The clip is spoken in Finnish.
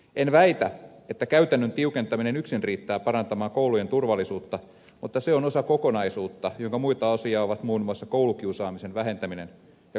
en väitä että käytännön tiukentaminen yksin riittää parantamaan koulujen turvallisuutta mutta se on osa kokonaisuutta jonka muita osia ovat muun muassa koulukiusaamisen vähentäminen ja kouluterveydenhoidon kehittäminen